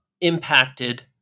impacted